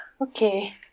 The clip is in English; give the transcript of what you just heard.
Okay